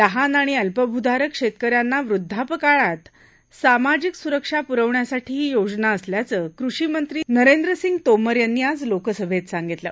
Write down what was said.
लहान आणि अल्पभूधारक शस्क्रि यांना वृद्धापकाळात सामाजिक सुरक्षा पुरवण्यासाठी ही योजना असल्याचं कृषी मंत्री नरेंद्रसिंह तोमर यांनी आज लोकसभव सांगितलं